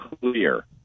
clear